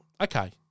okay